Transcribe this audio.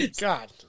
God